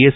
S